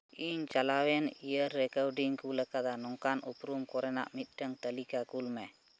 ᱤᱧ ᱪᱟᱞᱟᱣᱮᱱ ᱤᱭᱟᱨ ᱨᱮ ᱠᱟᱹᱣᱰᱤᱧ ᱠᱩᱞ ᱟᱠᱟᱫᱟ ᱱᱚᱝᱠᱟᱱ ᱩᱯᱨᱩᱢ ᱠᱚᱨᱮᱱᱟᱜ ᱢᱤᱫᱴᱟᱱ ᱛᱟᱹᱞᱤᱠᱟ ᱠᱩᱞ ᱢᱮ